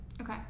Okay